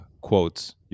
quotes